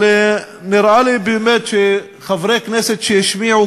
אבל נראה לי באמת שחברי כנסת שהשמיעו